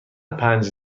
پنج